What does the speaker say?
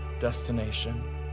destination